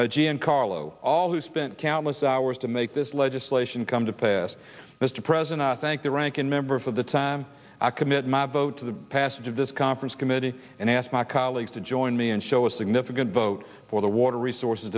giancarlo all who spent countless hours to make this legislation come to pass mr president thank the ranking member for the time i commit my vote to the passage of this conference committee and ask my colleagues to join me and show a significant vote for the water resources